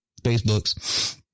Facebooks